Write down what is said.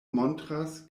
montras